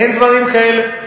אין דברים כאלה.